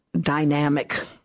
dynamic